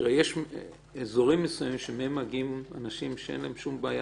יש אזורים מסוימים שמגיעים מהם אנשים שאין להם שום בעיה.